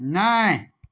नहि